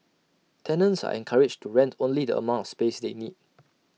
tenants are encouraged to rent only the amount of space they need